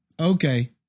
Okay